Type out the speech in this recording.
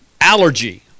allergy